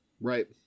Right